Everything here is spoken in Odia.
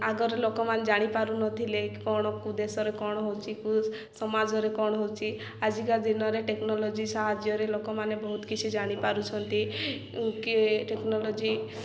ଆଗରେ ଲୋକମାନେ ଜାଣିପାରୁନଥିଲେ କ'ଣ କୋଉ ଦେଶରେ କ'ଣ ହେଉଛି କୋଉ ସମାଜରେ କ'ଣ ହେଉଛି ଆଜିକା ଦିନରେ ଟେକ୍ନୋଲୋଜି ସାହାଯ୍ୟରେ ଲୋକମାନେ ବହୁତ କିଛି ଜାଣିପାରୁଛନ୍ତି କି ଟେକ୍ନୋଲୋଜି